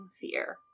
fear